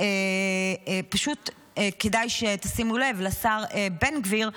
פשוט כדאי שתשימו לב לשר בן-גביר,